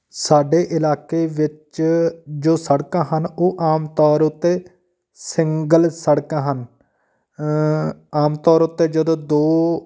ਸਾਡੇ ਇਲਾਕੇ ਵਿੱਚ ਜੋ ਸੜਕਾਂ ਹਨ ਉਹ ਆਮ ਤੌਰ ਉੱਤੇ ਸਿੰਗਲ ਸੜਕਾਂ ਹਨ ਆਮ ਤੌਰ ਉੱਤੇ ਜਦੋਂ ਦੋ